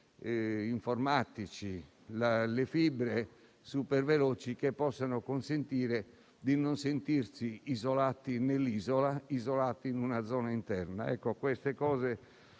informatici e fibre superveloci che possono consentire di non sentirsi isolati nell'isola, isolati in una zona interna. Mi sarebbe